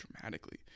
dramatically